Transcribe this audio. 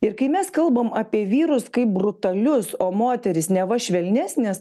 ir kai mes kalbam apie vyrus kaip brutalius o moterys neva švelnesnės